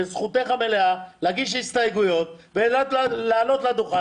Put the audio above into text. זכותך המלאה להגיש הסתייגויות, לעלות לדוכן